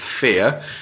fear